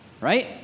right